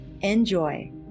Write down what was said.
Enjoy